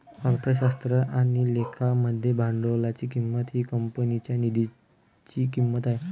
अर्थशास्त्र आणि लेखा मध्ये भांडवलाची किंमत ही कंपनीच्या निधीची किंमत आहे